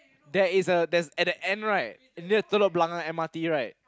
there is a there's at the end right near the Telok-Blangah M_R_T right